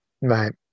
Right